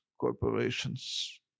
corporations